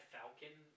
Falcon